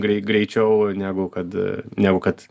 grei greičiau negu kad negu kad